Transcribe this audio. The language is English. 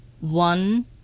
one